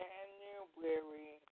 January